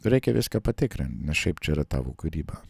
reikia viską patikrint nes šiaip čia yra tavo kūryba